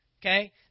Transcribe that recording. okay